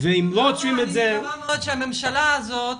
אני מקווה מאוד שהממשלה הזאת